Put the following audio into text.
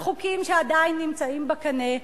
וחוקים שעדיין נמצאים בקנה,